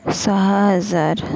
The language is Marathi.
सहा हजार